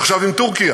ועכשיו עם טורקיה,